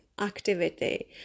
activity